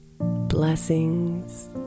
Blessings